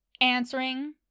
answering